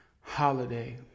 holiday